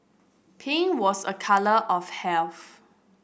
pink was a colour of health